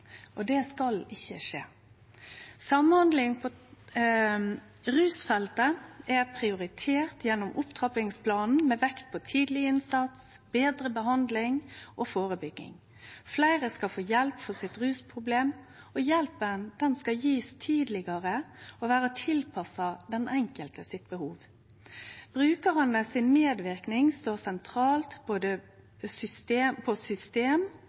glepp. Det skal ikkje skje. Rusfeltet er prioritert gjennom opptrappingsplanen, med vekt på tidleg innsats, betre behandling og førebygging. Fleire skal få hjelp med rusproblemet sitt, og hjelpa skal bli gjeven tidlegare og vere tilpassa behovet til den enkelte. Medverknad frå brukaren står sentralt både på system- og